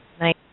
nice